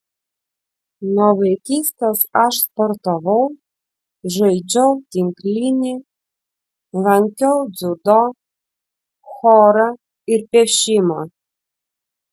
nuo vaikystės aš sportavau žaidžiau tinklinį lankiau dziudo chorą ir piešimą